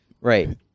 right